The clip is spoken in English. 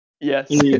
Yes